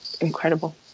incredible